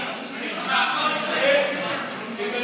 טוב,